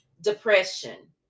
depression